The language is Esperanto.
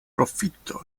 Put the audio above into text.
profitoj